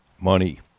Money